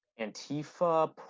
antifa